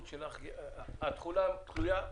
התחולה תלויה בבקשתכם.